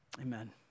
Amen